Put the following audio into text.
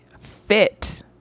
fit